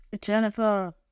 Jennifer